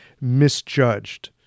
misjudged